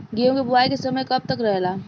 गेहूँ के बुवाई के समय कब तक रहेला?